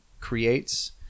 creates